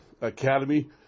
academy